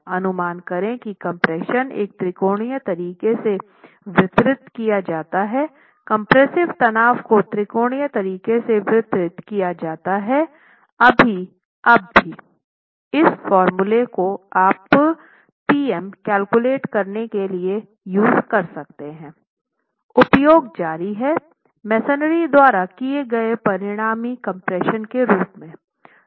अनुमान करे की कम्प्रेशन एक त्रिकोणीय तरीके से वितरित किया जाता है कम्प्रेस्सिव तनाव को त्रिकोणीय तरीके से वितरित किया जाता है अभी अब भी उपयोग जारी है मेसनरी द्वारा किए गए परिणामी कम्प्रेशन के रूप में